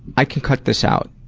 i can cut this out,